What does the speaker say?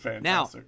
Now